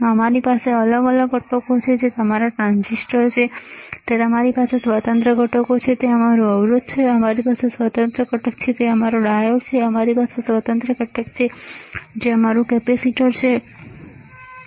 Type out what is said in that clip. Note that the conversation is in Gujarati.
અમારી પાસે અલગ ઘટકો છે જે તમારા ટ્રાન્ઝિસ્ટર છે અમારી પાસે સ્વતંત્ર ઘટકો છે તે તમારું અવરોધ છે અમારી પાસે સ્વતંત્ર ઘટક છે તે તમારો ડાયોડ છે અમારી પાસે સ્વતંત્ર ઘટક છે જે તમારું કેપેસિટર છે ખરું ને